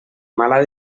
mala